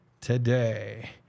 today